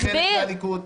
-- שהייתי חלק מהליכוד,